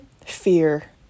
fear